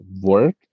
work